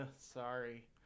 sorry